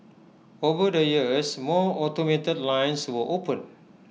over the years more automated lines were opened